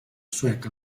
suec